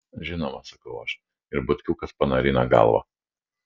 žinoma sakau aš ir butkiukas panarina galvą